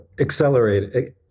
Accelerate